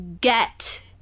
get